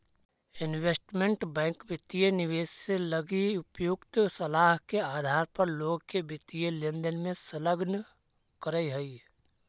investment bank वित्तीय निवेश लगी उपयुक्त सलाह के आधार पर लोग के वित्तीय लेनदेन में संलग्न करऽ हइ